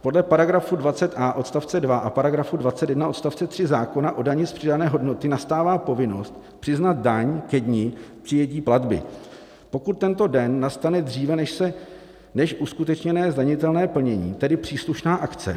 Podle § 20a odst. 2 a § 21 odst. 3 zákona o dani z přidané hodnoty nastává povinnost přiznat daň ke dni přijetí platby, pokud tento den nastane dříve, než uskutečněné zdanitelné plnění, tedy příslušná akce.